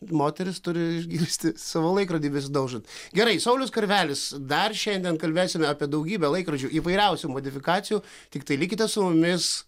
moterys turi išgirsti savo laikrodį besidaužant gerai saulius karvelis dar šiandien kalbėsime apie daugybę laikrodžių įvairiausių modifikacijų tiktai likite su mumis